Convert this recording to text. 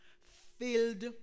filled